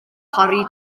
parry